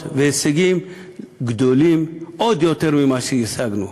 ולהישגים גדולים עוד יותר ממה שהשגנו.